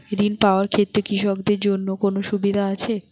ঋণ পাওয়ার ক্ষেত্রে কৃষকদের জন্য কোনো বিশেষ সুবিধা আছে?